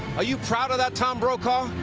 are you proud of that tom brokaw?